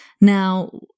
Now